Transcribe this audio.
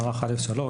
מערך א/3,